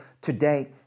today